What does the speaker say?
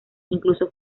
incluso